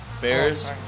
bears